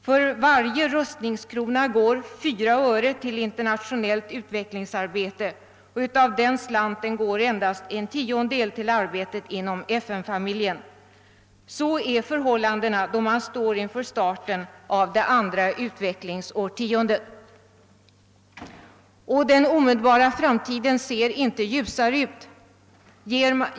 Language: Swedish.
För varje rustningskrona går 4 öre till internationellt utvecklingsarbete och av den slanten går endast en tiondel till arbetet inom FN-familjen. Sådana är förhållandena när vi står inför starten av det andra utvecklingsårtiondet. Den omedelbara framtiden ser inte ljusare ut.